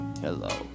Hello